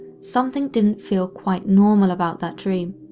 something didn't feel quite normal about that dream.